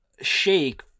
shake